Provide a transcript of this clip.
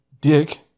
Dick